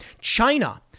China